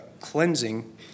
cleansing